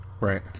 Right